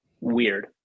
weird